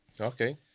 Okay